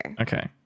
Okay